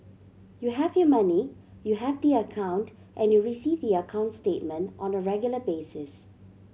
you have your money you have the account and you receive the account statement on the regular basis